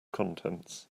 contents